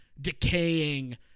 decaying